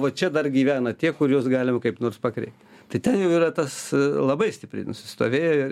va čia dar gyvena tie kuriuos galima kaip nors pakreip tai ten jau yra tas labai stipriai nusistovėję